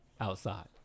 outside